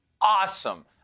awesome